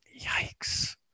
yikes